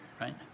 right